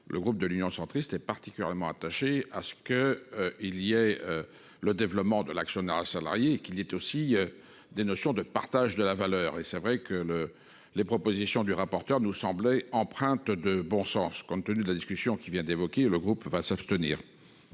Le groupe de l'Union centriste est particulièrement attaché à ce que il y est. Le développement de l'actionnariat salarié qu'il aussi des notions de partage de la valeur et c'est vrai que le, les propositions du rapporteur nous semblait empreinte de bon sens, compte tenu de la discussion qui vient d'évoquer le groupe va s'abstenir.